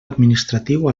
administratiu